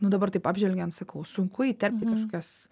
nu dabar taip apžvelgiant sakau sunku įterpti kažkokias